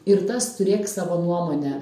ir tas turėk savo nuomonę